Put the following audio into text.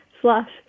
slash